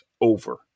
over